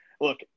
look